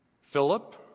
Philip